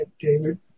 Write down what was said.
David